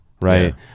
right